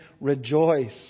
rejoice